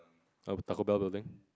Taco-Bell building